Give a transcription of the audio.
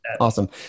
Awesome